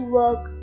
work